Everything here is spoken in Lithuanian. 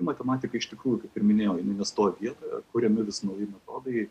matematikai iš tikrųjų kaip ir minėjau jinai nestovi vietoje kuriami vis nauji metodai